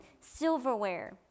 silverware